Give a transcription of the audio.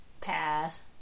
Pass